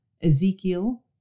Ezekiel